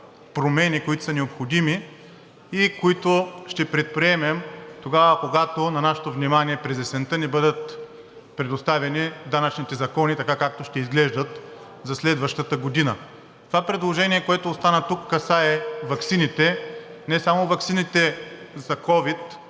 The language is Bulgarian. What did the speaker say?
промени, които са необходими и които ще предприемем тогава, когато на нашето внимание през есента ни бъдат предоставени данъчните закони така, както ще изглеждат за следващата година. Това предложение, което остана тук, касае ваксините – не само ваксините за ковид,